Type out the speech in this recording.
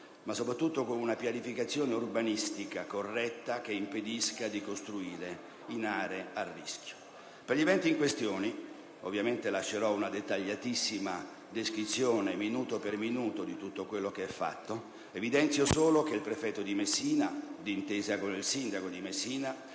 ma soprattutto con una pianificazione urbanistica corretta che impedisca di costruire in aree a rischio. Per gli eventi in questione, fermo restando che ovviamente lascerò una dettagliatissima descrizione, minuto per minuto, di tutto quello che è fatto, evidenzio solo che il prefetto di Messina, di intesa con il sindaco, ha